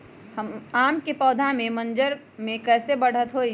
आम क पौधा म मजर म कैसे बढ़त होई?